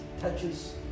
touches